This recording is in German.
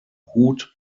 hut